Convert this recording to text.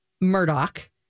murdoch